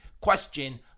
question